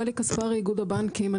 גלי כספרי, איגוד הבנקים.